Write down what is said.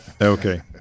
Okay